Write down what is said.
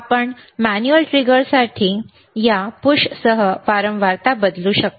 आपण मॅन्युअल ट्रिगरसाठी या पुशसह वारंवारता बदलू शकता